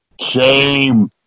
Shame